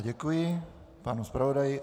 Děkuji panu zpravodaji.